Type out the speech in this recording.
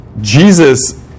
Jesus